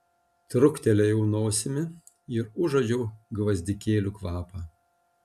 truktelėjau nosimi ir užuodžiau gvazdikėlių kvapą